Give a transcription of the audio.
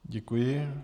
Děkuji.